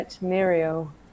Mario